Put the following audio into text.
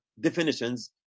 definitions